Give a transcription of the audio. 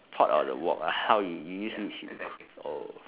pot or the wok ah how you you use which to cook oh